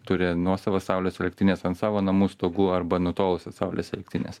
turi nuosavas saulės elektrines ant savo namų stogų arba nutolusias saulės elektrines